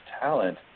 talent